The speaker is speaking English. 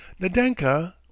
Nadenka